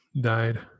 died